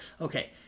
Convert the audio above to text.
okay